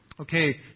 Okay